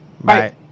Bye